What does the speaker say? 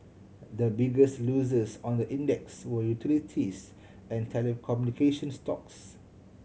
the biggest losers on the index were utilities and telecommunication stocks